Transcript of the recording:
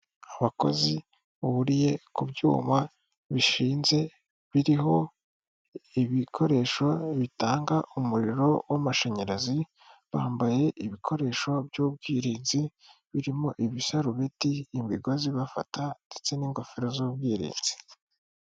Abakozi bahuriye ku byuma bishinze biriho ibikoresho bitanga umuriro w'amashanyarazi, bambaye ibikoresho by'ubwirinzi birimo ibiserubeti, imigozi ibafata ndetse n'ingofero z'ubwirinzi.